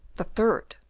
the third!